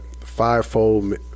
fivefold